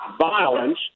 violence